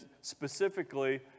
specifically